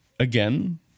Again